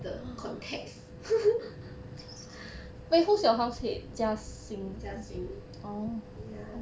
the context jia xin jia xin ya